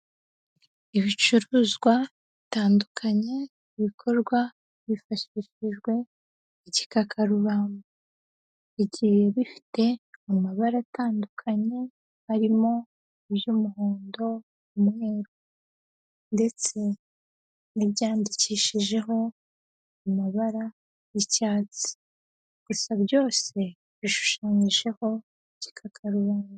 Ibicuruzwa bitandukanye, bikorwa hifashishijwe igikakarubamba, bigiye bifite amabara atandukanye, harimo iby'umuhondo, umweru ndetse n'ibyandikishijeho amabara y'icyatsi, gusa byose bishushanyijeho igikakarubamba.